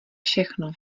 všechno